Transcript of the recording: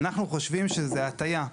אנחנו חושבים שזו הטעיה.